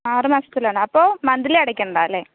ആറ് മാസത്തിലാണ് അപ്പോൾ മന്ത്ലി അടക്കണ്ടല്ലെ